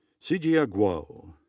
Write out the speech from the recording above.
sijia guo.